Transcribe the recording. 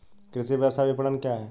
कृषि व्यवसाय विपणन क्या है?